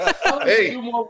Hey